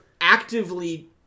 actively